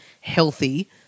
healthy